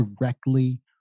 directly